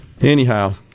Anyhow